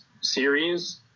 series